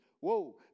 whoa